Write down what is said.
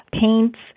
paints